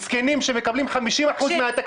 מסכנים שמקבלים 50% מהתקציב.